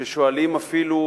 ושואלים אפילו: